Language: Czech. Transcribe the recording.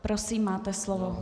Prosím, máte slovo.